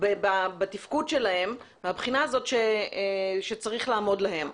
בתפקוד שלהם מבחינה זאת שצריכה לעמוד להם.